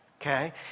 okay